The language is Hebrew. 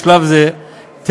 בשלב זה,